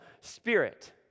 spirit